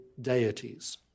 deities